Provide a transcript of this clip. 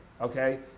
okay